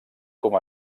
com